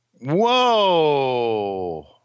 Whoa